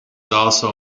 also